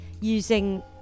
using